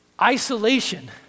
Isolation